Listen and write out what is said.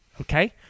okay